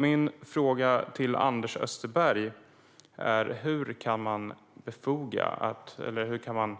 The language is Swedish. Min fråga till Anders Österberg är därför: Hur kan man